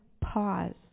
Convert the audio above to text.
pause